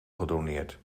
gedoneerd